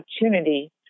opportunity